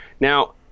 Now